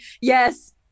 Yes